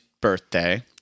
birthday